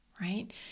Right